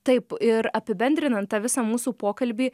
taip ir apibendrinan tą visą mūsų pokalbį